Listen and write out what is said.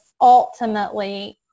ultimately